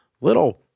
little